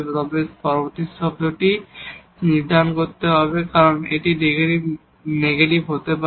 তবে পরবর্তী টার্মটি চিহ্নটি নির্ধারণ করবে কারণ এটি Δ f নেগেটিভ হতে পারে